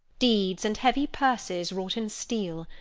deeds, and heavy purses wrought in steel.